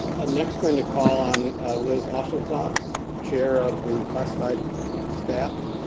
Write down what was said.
i'm next going to call on liz auchincloss, chair of the classified staff.